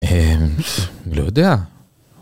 אה... לא יודע.